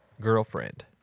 girlfriend